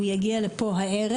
הנציג שלהם יגיע לכאן הערב,